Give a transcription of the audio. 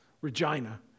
Regina